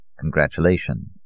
Congratulations